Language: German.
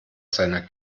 seiner